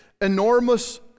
enormous